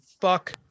fuck